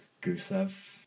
Gusev